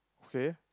okay